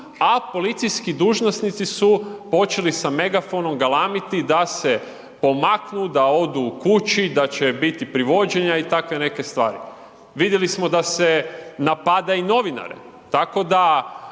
a policijski dužnosnici su počeli sa megafonom galamiti da se pomaknu, da odu kući, da će biti privođenja i takve neke stvari. Vidjeli smo da se napada i novinare, tako da